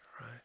right